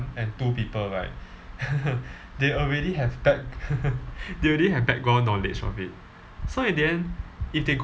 and two people right they already have back~ they already have background knowledge of it so in the end if they